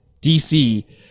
DC